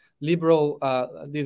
liberal